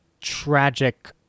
tragic